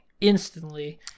instantly